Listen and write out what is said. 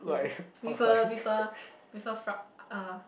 yeah with a with a with a fr~ uh